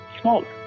smaller